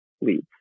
leads